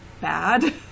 bad